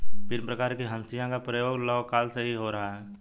भिन्न प्रकार के हंसिया का प्रयोग लौह काल से ही हो रहा है